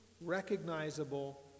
recognizable